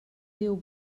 déu